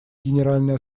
генеральной